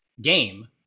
game